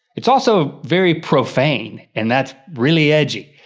it's also very profane, and that's really edgy.